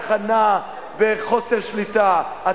ככה נעה בחוסר שליטה.